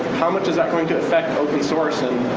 how much is that going to affect open-source and